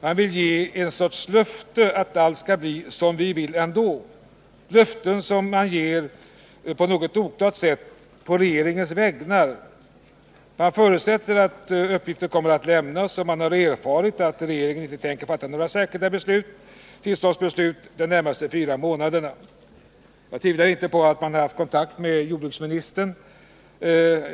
Man vill ge något slags löfte att allt ändå skall bli som vi motionärer vill. Det är löften som man på något oklart sätt ger på regeringens vägnar. Man förutsätter att uppgifter kommer att lämnas, och man har erfarit att regeringen inte tänker fatta några särskilda beslut under de närmaste fyra månaderna. Jag tvivlar inte på att man har haft kontakt med jordbruksministern.